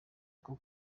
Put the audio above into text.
bwo